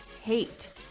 hate